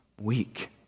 weak